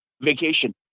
Vacation